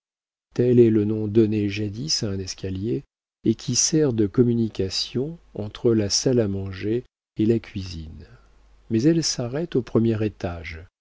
tel est le nom donné jadis à un escalier et qui sert de communication entre la salle à manger et la cuisine mais elle s'arrête au premier étage